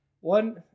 One